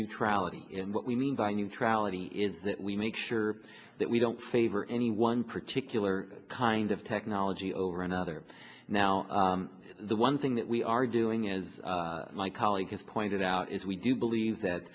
neutrality in what we mean by neutrality is that we make sure that we don't favor any one particular kind of technology over another now the one thing that we are doing as my colleague has pointed out is we do believe that